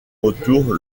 retour